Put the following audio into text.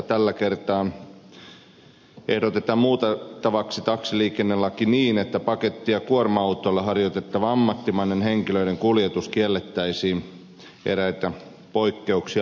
tällä kertaa ehdotetaan muutettavaksi taksiliikennelaki niin että paketti ja kuorma autolla harjoitettava ammattimainen henkilöiden kuljetus kiellettäisiin eräitä poikkeuksia lukuun ottamatta